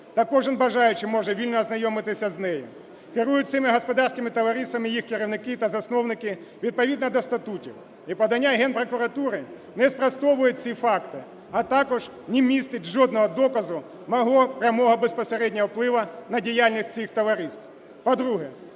та кожен бажаючий може вільно ознайомитися з нею. Керують цими господарськими товариствами їх керівники та засновники відповідно до статутів. І подання Генпрокуратури не спростовує ці факти, а також не містить жодного доказу мого прямого безпосереднього впливу на діяльність цих товариств.